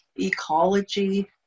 ecology